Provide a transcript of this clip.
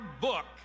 book